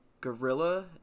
gorilla